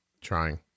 trying